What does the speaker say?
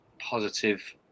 positive